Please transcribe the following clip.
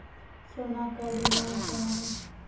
सोना कर्ज लोन क्या हैं?